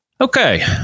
Okay